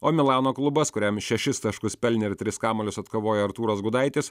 o milano klubas kuriam šešis taškus pelnė tris kamuolius atkovojo artūras gudaitis